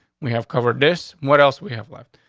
we have covered this. what else we have left?